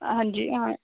हां जी हां